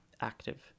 active